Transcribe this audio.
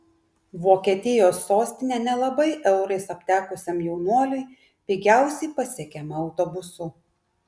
vokietijos sostinė nelabai eurais aptekusiam jaunuoliui pigiausiai pasiekiama autobusu